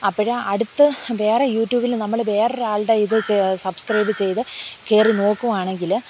അപ്പഴ് അടുത്ത് വേറെ യൂട്യൂബിൽ നമ്മള് വേറൊരാളുടെ ഇത് സബ്സ്ക്രൈബ് ചെയ്തു കയറി നോക്കുകയാണെങ്കിൽ